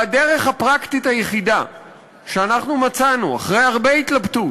והדרך הפרקטית היחידה שאנחנו מצאנו, אחרי התלבטות